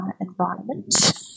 environment